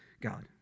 God